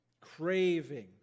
Craving